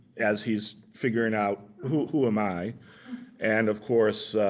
as he is figuring out, who who am i and of course,